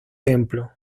templo